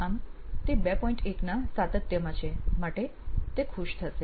આમ તે 2 ના સાતત્યમાં છે માટે તે ખુશ હશે